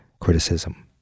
criticism